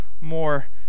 more